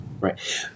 Right